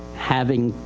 having,